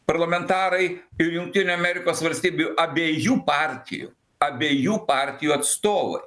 parlamentarai ir jungtinių amerikos valstybių abiejų partijų abejų partijų atstovai